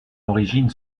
origine